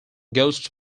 ghost